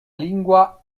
lingua